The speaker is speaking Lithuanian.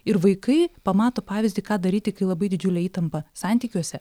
ir vaikai pamato pavyzdį ką daryti kai labai didžiulė įtampa santykiuose